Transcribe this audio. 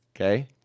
Okay